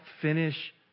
finish